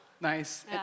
Nice